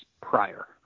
prior